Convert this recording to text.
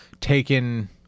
taken